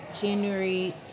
January